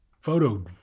photo